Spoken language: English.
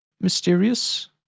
Mysterious